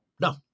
No